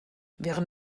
während